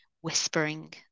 whispering